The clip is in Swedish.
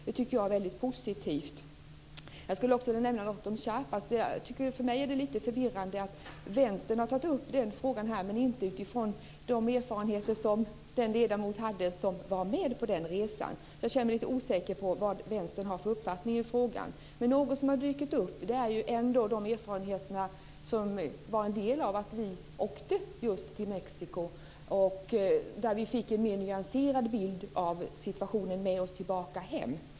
Det tycker jag är väldigt positivt. Jag skulle också vilja nämna något om Chiapas. För mig är det lite förvirrande att Vänstern har tagit upp frågan här men inte utifrån de erfarenheter som den ledamot har som var med på den resan. Jag känner mig lite osäker på vad Vänstern har för uppfattning i frågan. Något som har dykt upp är de erfarenheter som var en av anledningarna till att vi åkte just till Mexiko, där vi fick en mer nyanserad bild av situationen med oss tillbaka hem.